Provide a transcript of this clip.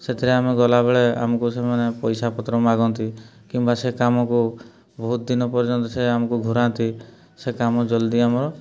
ସେଥିରେ ଆମେ ଗଲାବେଳେ ଆମକୁ ସେମାନେ ପଇସାପତ୍ର ମାଗନ୍ତି କିମ୍ବା ସେ କାମକୁ ବହୁତ ଦିନ ପର୍ଯ୍ୟନ୍ତ ସେ ଆମକୁ ଘୁରାନ୍ତି ସେ କାମ ଜଲ୍ଦି ଆମର